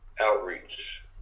outreach